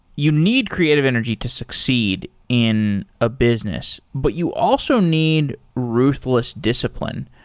you need creative energy to succeed in a business, but you also need ruthless discipline.